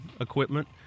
equipment